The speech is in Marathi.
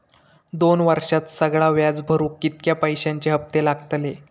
दोन वर्षात सगळा व्याज भरुक कितक्या पैश्यांचे हप्ते लागतले?